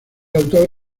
autor